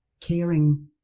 caring